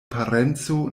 parenco